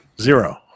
Zero